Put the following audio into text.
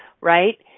Right